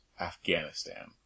Afghanistan